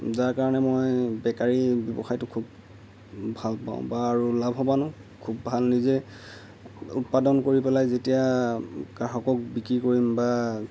যাৰ কাৰণে মই বেকাৰী ব্যৱসায়টো খুব ভাল পাওঁ বা আৰু লাভৱানো খুব ভাল নিজে উৎপাদন কৰি পেলাই যেতিয়া গ্ৰাহকক বিক্ৰী কৰিম বা